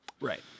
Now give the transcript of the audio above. Right